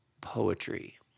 poetry